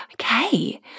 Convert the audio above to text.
Okay